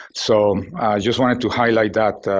so just wanted to highlight that,